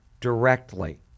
directly